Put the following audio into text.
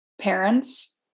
parents